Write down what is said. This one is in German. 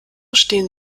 stehen